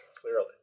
clearly